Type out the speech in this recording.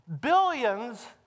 Billions